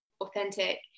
authentic